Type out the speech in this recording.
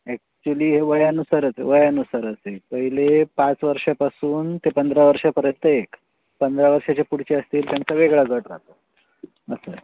actually हे वयानुसारच वयानुसारच आहे पहिले पाच वर्षांपासून ते पंधरा वर्षांपर्यंत एक पंधरा वर्षांच्या पुढचे असतील त्यांचा वेगळा गट राहतो आहे असं आहे